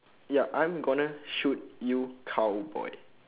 ya I'm gonna shoot you cowboy